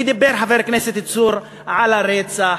ודיבר חבר הכנסת צור על הרצח,